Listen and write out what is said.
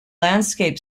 landscape